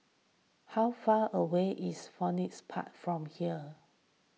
how far away is Phoenix Park from here